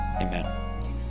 amen